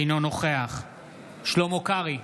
אינו נוכח שלמה קרעי,